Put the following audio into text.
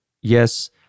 Yes